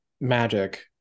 magic